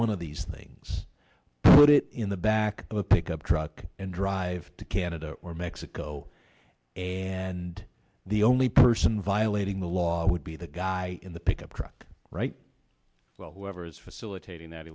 one of these things put it in the back of a pickup truck and drive to canada or mexico and the only person violating the law would be the guy in the pickup truck right well whoever's facilitating that